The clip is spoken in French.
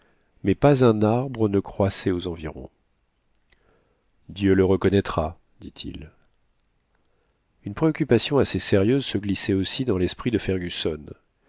mais pas un arbre ne croissait aux environs dieu la reconnaîtra dit-il une préoccupation assez sérieuse se glissait aussi dans l'esprit de fergusson